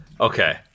Okay